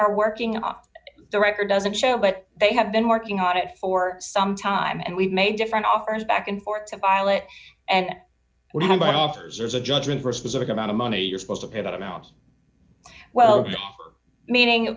are working off the record doesn't show but they have been working on it for some time and we've made different offers back and forth to file it and what about offers there's a judgment for a specific amount of money you're supposed to pay that amount well meaning